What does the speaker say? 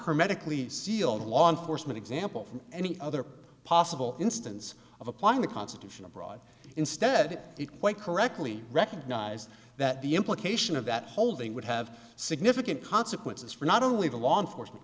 hermetically seal the law enforcement example from any other possible instance of applying the constitution abroad instead it quite correctly recognized that the implication of that holding would have significant consequences for not only the law enforcement